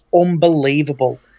unbelievable